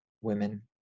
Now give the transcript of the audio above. women